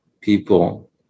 people